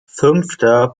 fünfter